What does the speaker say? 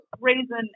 reason